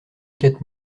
quatre